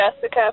Jessica